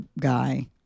guy